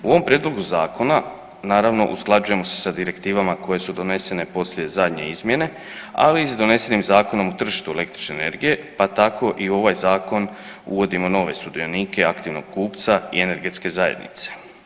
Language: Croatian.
U ovom prijedlogu zakona naravno usklađujemo se sa direktivama koje su donesene poslije zadnje izmjene, ali i s donesenim Zakonom o tržištu električne energije, pa tako i u ovaj zakon uvodimo nove sudionike aktivnog kupca i energetske zajednice.